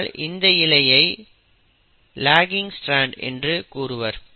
அதனால் இந்த இழையை லகிங் ஸ்ட்ரான்ட் என்று கூறுவர்